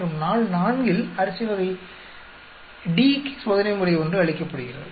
மற்றும் நாள் நான்கில் அரிசி வகை D க்கு சோதனைமுறை ஒன்று அளிக்கப்படுகிறது